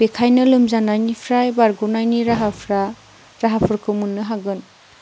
बेनिखायनो लोमजानायनिफ्राय बारग'नायनि राहाफोरखौ मोननो हागोन